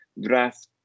draft